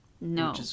No